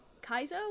Kaizo